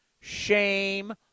Shame